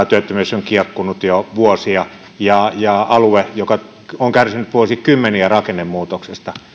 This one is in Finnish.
työttömyys on kieppunut jo vuosia seitsemäntoista viiva kahdeksantoista prosentin tasolla alueelta joka on kärsinyt vuosikymmeniä rakennemuutoksesta